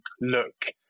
look